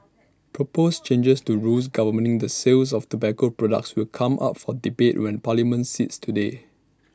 proposed changes to rules governing the sales of tobacco products will come up for debate when parliament sits today